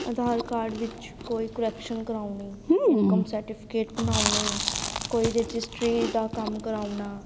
ਆਧਾਰ card ਵਿੱਚ ਕੋਈ correction ਕਰਵਾਉਣੀ ਇਨਕਮ ਸਰਟੀਫਿਕੇਟ ਬਣਾਉਣੇ ਕੋਈ ਰਜਿਸਟਰੀ ਦਾ ਕੰਮ ਕਰਵਾਉਣਾ